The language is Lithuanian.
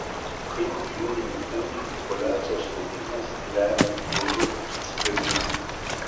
kaip jūrinių ūdrų populiacijos augimas lemia jūržolių atsigavimą